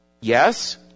Yes